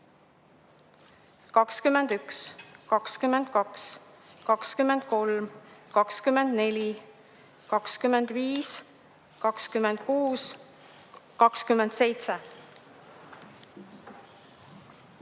21, 22, 23, 24, 25, 26,